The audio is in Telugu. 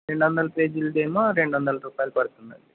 రెండు వందల పేజీలది ఏమో రెండు వందలు రూపాయలు పడుతుందండీ